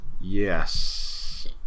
yes